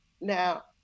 Now